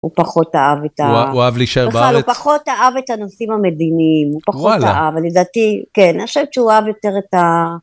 - הוא פחות אהב את ה.. - הוא הוא אהב להישאר בארץ - בכלל הוא פחות אהב את הנושאים המדיניים, הוא פחות אהב.. - וואלה! - לדעתי.. כן. אני חושבת שהוא אהב יותר את ה...